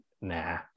nah